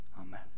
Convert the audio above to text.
amen